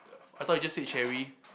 I thought you just said Cherry